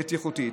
בטיחותי.